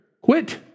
Quit